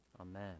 amen